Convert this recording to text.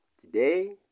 today